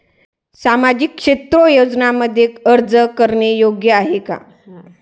सामाजिक क्षेत्र योजनांमध्ये अर्ज करणे योग्य आहे का?